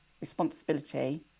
responsibility